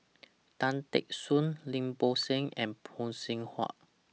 Tan Teck Soon Lim Bo Seng and Phay Seng Whatt